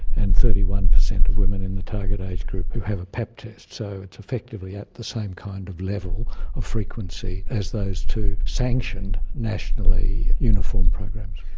and thirty one percent of women in the target age group who have a pap test. so, it's effectively at the same kind of level of frequency as those two sanctioned nationally uniform programs.